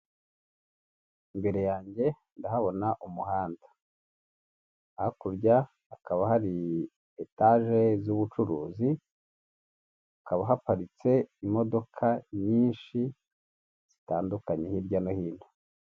Imbere yanjye ndahabona umuhanda; hakurya hakaba hari etaje z'ubucuruzi, hakaba haparitse imodoka nyinshi zitandukanye hirya no hino.